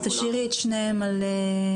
אז תשאירי את שניהם על דיבור.